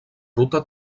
ruta